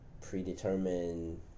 predetermined